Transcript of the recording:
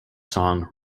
song